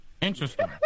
Interesting